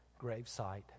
gravesite